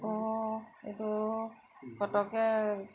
অ এইটো পটককৈ